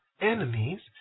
enemies